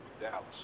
Dallas